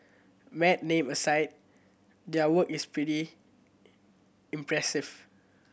mad name aside their work is pretty impressive